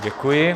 Děkuji.